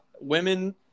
women